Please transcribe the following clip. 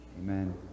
amen